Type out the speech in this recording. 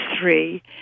three